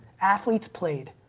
athletes played,